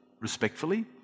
respectfully